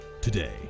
today